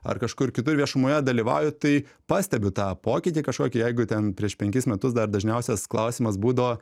ar kažkur kitur viešumoje dalyvauju tai pastebiu tą pokytį kažkokį jeigu ten prieš penkis metus dar dažniausias klausimas būdavo